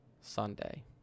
Sunday